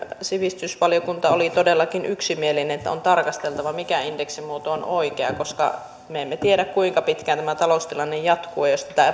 sivistysvaliokunta oli todellakin yksimielinen että on tarkasteltava mikä indeksimuoto on oikea koska me emme tiedä kuinka pitkään tämä taloustilanne jatkuu ja